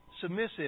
submissive